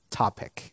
topic